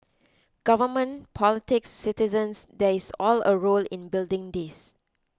government politics citizens there is all a role in building this